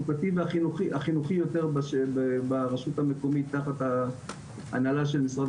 החינוכי יותר ברשות המקומית תחת הנהלה של משרד